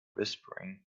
whispering